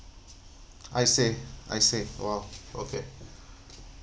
I see I see !wow! okay